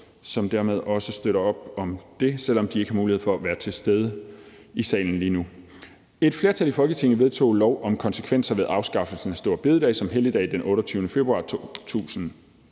som dermed også støtter op om det, selv om de ikke har mulighed for at være til stede i salen lige nu: Forslag til vedtagelse »Et flertal i Folketinget vedtog lov om konsekvenser ved afskaffelsen af store bededag som helligdag den 28. februar 2023.